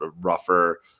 rougher